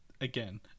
again